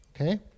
Okay